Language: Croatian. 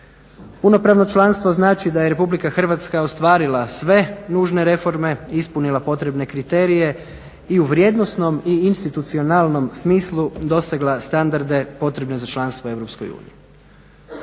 Punopravno članstvo znači da je Republika Hrvatska ostvarila sve nužne reforme, ispunila potrebne kriterije i u vrijednosno i u institucionalnom smislu dosegla standarde potrebne za članstvo u